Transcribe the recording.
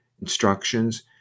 instructions